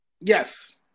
Yes